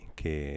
che